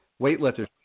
weightlifters